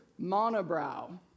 monobrow